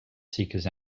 seekers